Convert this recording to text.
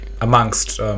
amongst